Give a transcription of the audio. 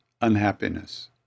unhappiness